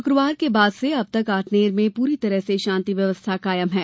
शुक्रवार के बाद से अब तक आठनेर में पूरी तरह से शांति व्यवस्था कायम है